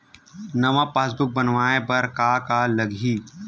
नवा पासबुक बनवाय बर का का लगही?